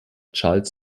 charles